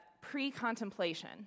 pre-contemplation